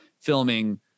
filming